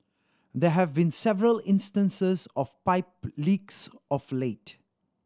there have been several instances of pipe leaks of late